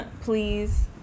please